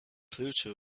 pluto